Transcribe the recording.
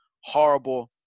horrible